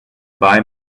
buy